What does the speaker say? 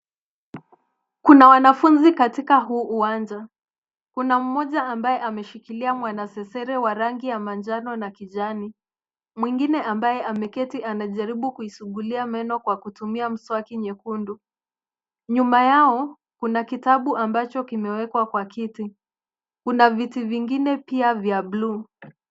Kuna wanafunzi katika huu uwanja. Kkuna mmoja ambaye ameshikilia mwanasesere wa rangi ya manjano na kijani. Mwengine ambaye ameketi anajaribu kuisugulia meno kwa kutumia mswaki nyekundu. Nyuma yao, kuna kitabu ambacho kimewekwa kwa kiti. Kuna viti vingine pia vya bluu.